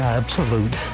absolute